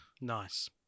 nice